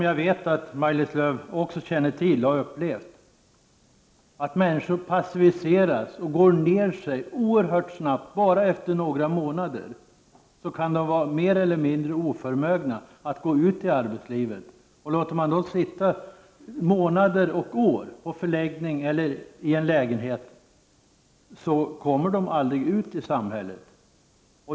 Jag vet att också Maj-Lis Lööw känner till och har upplevt att människor passiviseras och oerhört snabbt går ned sig. Efter bara några månader kan de vara mer eller mindre oförmögna att gå ut i arbetslivet. Låter man dem sitta månader och år på förläggning eller i en lägenhet kommer de aldrig ut i samhället.